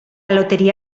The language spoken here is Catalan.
loteria